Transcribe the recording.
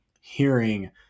hearing